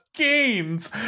games